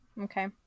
Okay